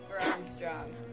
Armstrong